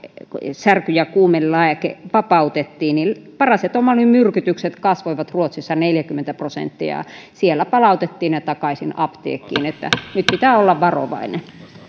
särky ja kuumelääke vapautettiin niin parasetamolimyrkytykset kasvoivat ruotsissa neljäkymmentä prosenttia siellä palautettiin ne takaisin apteekkiin nyt pitää olla varovainen